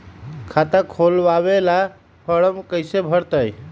खाता खोलबाबे ला फरम कैसे भरतई?